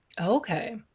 Okay